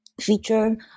feature